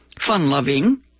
Fun-loving